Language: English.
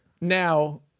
Now